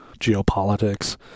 geopolitics